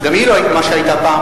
וגם היא לא מה שהיתה פעם,